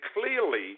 clearly